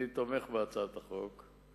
אני תומך בהצעת החוק,